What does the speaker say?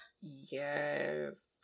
Yes